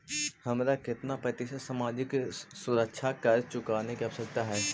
हमारा केतना प्रतिशत सामाजिक सुरक्षा कर चुकाने की आवश्यकता हई